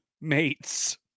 mates